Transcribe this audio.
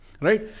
Right